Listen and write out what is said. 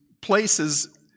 places